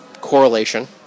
correlation